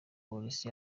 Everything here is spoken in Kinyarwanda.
polisi